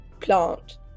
plant